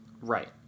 Right